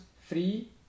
free